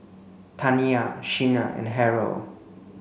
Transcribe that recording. Taniyah Shena and Harrold